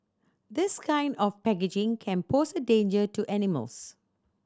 this kind of packaging can pose a danger to animals